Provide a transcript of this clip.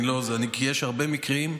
כי יש הרבה מקרים,